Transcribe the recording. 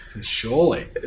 Surely